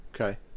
Okay